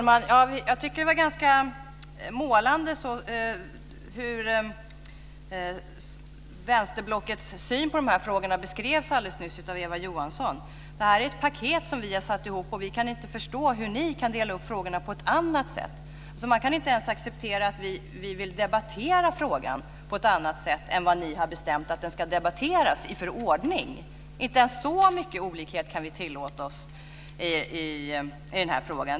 Fru talman! Vänsterblockets syn på de här frågorna beskrevs målande alldeles nyss av Eva Johansson: Det här är ett paket som vi har satt ihop, och vi kan inte förstå hur ni kan dela upp frågorna på ett annat sätt. Man kan inte ens acceptera att vi vill debattera frågan på ett annat sätt än vad ni har bestämt att den ska debatteras i för ordning. Inte ens så mycket olikhet kan vi tillåta oss i den här frågan.